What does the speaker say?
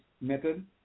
method